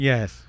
Yes